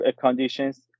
conditions